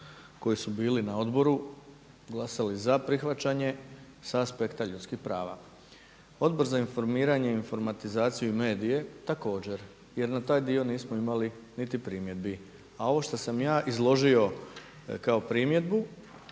koji su bili na Odboru glasali za prihvaćanje sa aspekta ljudskih prava. Odbor za informiranje i informatizaciju i medije također jer na taj dio nismo imali niti primjedbi. A ovo što sam ja izložio kao primjedbu